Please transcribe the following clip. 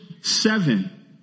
seven